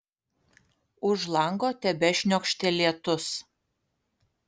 už lango tebešniokštė lietus